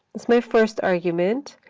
it's my first argument.